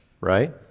right